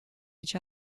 each